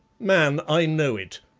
man, i know it,